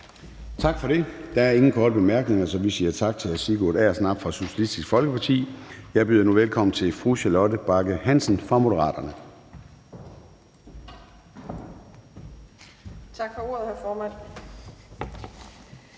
Gade): Der er ingen korte bemærkninger, så vi siger tak til hr. Sigurd Agersnap fra Socialistisk Folkeparti. Jeg byder nu velkommen til fru Charlotte Bagge Hansen fra Moderaterne. Kl. 16:27 (Ordfører)